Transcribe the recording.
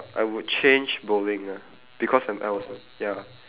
I would change bowling lah because I'm I was ya